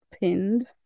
Pinned